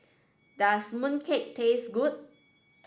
does mooncake taste good